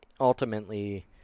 ultimately